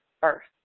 first